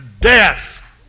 death